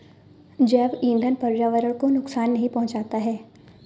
जैव ईंधन पर्यावरण को नुकसान नहीं पहुंचाता है